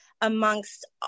amongst